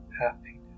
happiness